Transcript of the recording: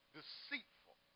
deceitful